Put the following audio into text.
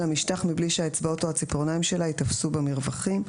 המשטחי מבלי שהאצבעות או הציפורניים שלה ייתפסו במרווחים.